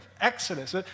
Exodus